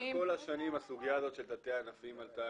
לאורך כל השנים הסוגיה הזאת של תתי ענפים שעלתה,